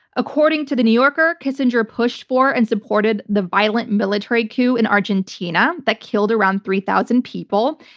according to the new yorker, kissinger pushed for and supported the violent military coup in argentina that killed around three thousand people.